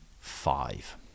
five